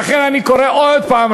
לכן אני קורא עוד פעם,